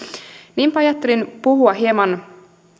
niinpä ajattelin puhua hieman